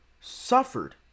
suffered